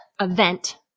event